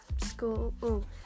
school